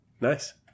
nice